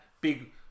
big